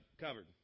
covered